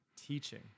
teaching